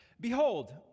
Behold